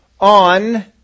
on